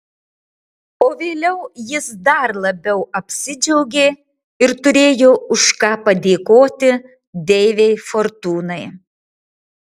o vėliau jis dar labiau apsidžiaugė ir turėjo už ką padėkoti deivei fortūnai